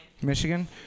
Michigan